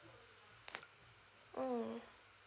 mm